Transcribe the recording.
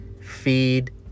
feed